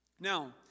Now